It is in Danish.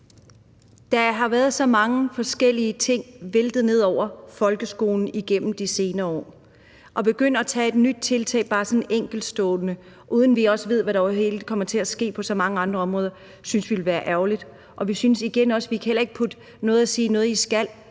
Der har været så mange forskellige ting væltet ned over folkeskolen igennem de senere år. At begynde at gøre et nyt tiltag bare sådan enkeltvis, uden at vi helt ved, hvad der kommer til at ske på så mange andre områder, synes vi ville være ærgerligt. Og vi synes igen også, at vi ikke kan sige, at det er noget, de skal,